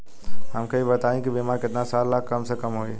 हमके ई बताई कि बीमा केतना साल ला कम से कम होई?